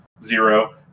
zero